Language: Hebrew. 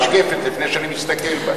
את המשקפת לפני שאני מסתכל בה.